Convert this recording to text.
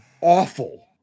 awful